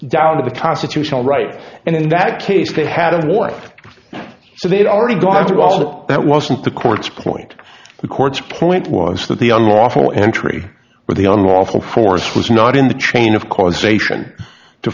down to the constitutional right and in that case they had a lawyer so they had already gone through all that that wasn't the court's point the court's point was that the unlawful entry with the unlawful force was not in the chain of causation to